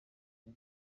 cya